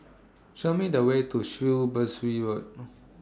Show Me The Way to Road